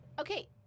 Okay